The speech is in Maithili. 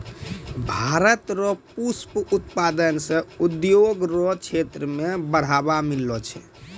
भारत रो पुष्प उत्पादन से उद्योग रो क्षेत्र मे बढ़ावा मिललो छै